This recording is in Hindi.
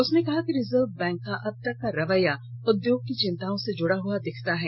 उसने कहा कि रिजर्व बैंक का अब तक का रवैया उद्योग की चिंताओं से जुड़ा हुआ दिखता है